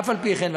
אף-על-פי-כן,